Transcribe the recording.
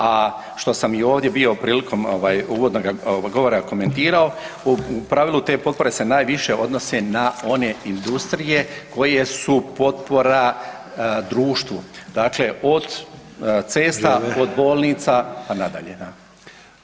A što sam i ovdje bio prilikom uvodnoga govora komentirao u pravilu te potpore se najviše odnose na one industrije koje su potpora društvu, dakle od cesta, od bolnica pa nadalje da.